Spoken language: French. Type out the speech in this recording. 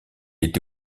était